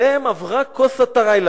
עליהם עברה כוס התרעלה